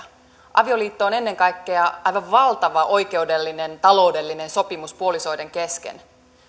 avioliitto on ennen kaikkea aivan valtava oikeudellinen taloudellinen sopimus puolisoiden kesken